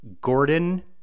Gordon